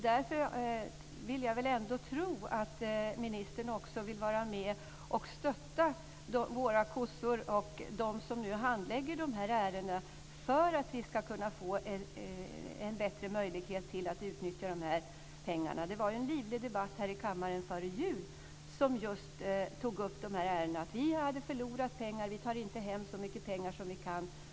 Därför vill jag ändå tro att ministern vill vara med och stödja våra kossor och de som handlägger dessa ärenden för att vi ska kunna få en bättre möjlighet att utnyttja pengarna. Det var en livlig debatt här i kammaren före jul som just tog upp dessa ärenden. Vi hade förlorat pengar. Vi tar inte hem så mycket pengar som vi kan.